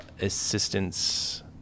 assistance